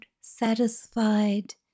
satisfied